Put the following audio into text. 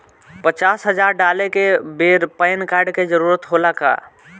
पचास हजार डाले के बेर पैन कार्ड के जरूरत होला का?